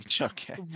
Okay